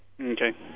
Okay